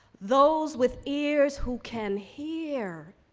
those with ears who can hear.